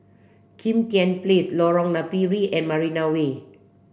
Kim Tian Place Lorong Napiri and Marina Way